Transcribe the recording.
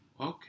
Okay